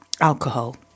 alcohol